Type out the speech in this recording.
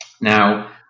Now